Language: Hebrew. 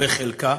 בחלקה.